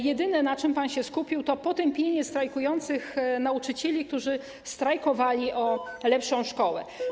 Jedyne, na czym pan się skupił, to potępienie strajkujących nauczycieli, którzy walczyli o lepszą szkołę.